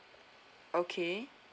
okay